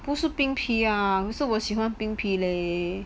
不是冰皮 ah 可是我喜欢冰皮 leh